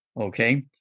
okay